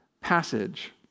passage